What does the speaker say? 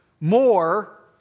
more